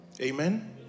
Amen